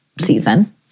season